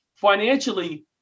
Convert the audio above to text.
Financially